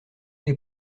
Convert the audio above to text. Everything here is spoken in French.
les